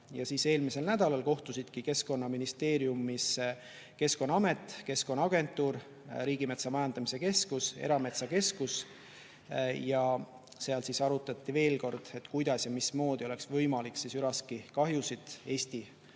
Ja eelmisel nädalal kohtusidki Keskkonnaministeeriumis Keskkonnaamet, Keskkonnaagentuur, Riigimetsa Majandamise Keskus ja Erametsakeskus ning seal arutati veel kord, kuidas ja mismoodi oleks võimalik üraskikahjusid Eesti